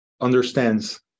understands